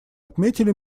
отметили